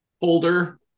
folder